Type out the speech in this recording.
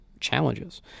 challenges